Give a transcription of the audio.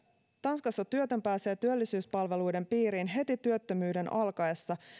tanskassa työtön pääsee työllisyyspalveluiden piiriin heti työttömyyden alkaessa